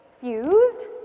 fused